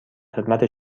خدمت